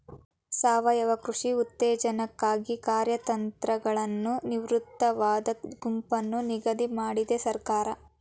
ಸಾವಯವ ಕೃಷಿ ಉತ್ತೇಜನಕ್ಕಾಗಿ ಕಾರ್ಯತಂತ್ರಗಳನ್ನು ವಿಸ್ತೃತವಾದ ಗುಂಪನ್ನು ನಿಗದಿ ಮಾಡಿದೆ ಸರ್ಕಾರ